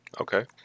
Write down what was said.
Okay